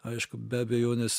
aišku be abejonės